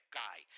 guy